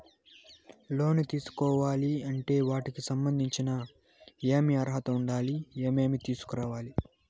లోను తీసుకోవాలి అంటే వాటికి సంబంధించి ఏమి అర్హత ఉండాలి, ఏమేమి తీసుకురావాలి